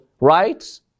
rights